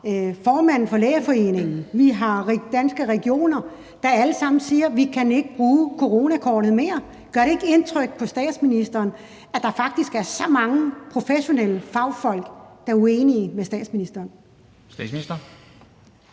formanden for Lægeforeningen, Danske Regioner alle sammen sagde, at vi ikke kan bruge coronakortet mere. Gør det ikke indtryk på statsministeren, at der faktisk er så mange professionelle fagfolk, der er uenige med statsministeren?